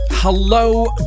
Hello